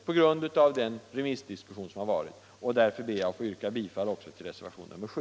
Därför ber jag att få yrka bifall också till reservationen 7.